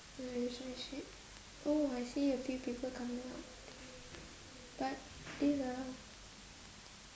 relationship oh I see a few people coming out but